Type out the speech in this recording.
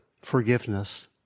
forgiveness